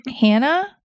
hannah